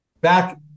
back